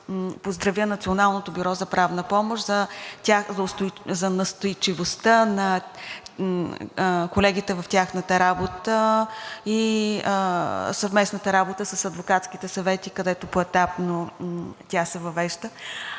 поздравя Националното бюро за правна помощ за настойчивостта на колегите в работата им и съвместната им работа с адвокатските съвети, където поетапно тя се въвежда.